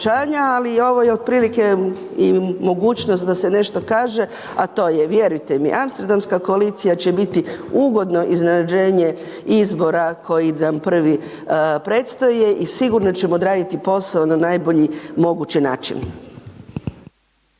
ali ovo je otprilike i mogućnost da se nešto kaže, a to je vjerujte mi, Amsterdamska koalicija će biti ugodno iznenađenje izbora koji nam prvi predstoje i sigurno ćemo odraditi posao na najbolji mogući način.